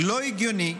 לא הגיוני.